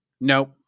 Nope